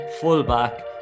fullback